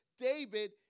David